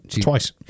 Twice